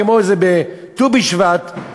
כמו איזה ט"ו בשבט,